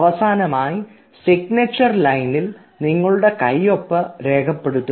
അവസാനമായി സിഗ്നേച്ചർ ലൈനിൽ നിങ്ങളുടെ കയ്യൊപ്പ് രേഖപ്പെടുത്തുക